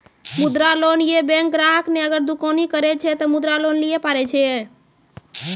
मुद्रा लोन ये बैंक ग्राहक ने अगर दुकानी करे छै ते मुद्रा लोन लिए पारे छेयै?